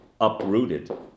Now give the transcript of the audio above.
uprooted